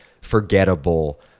forgettable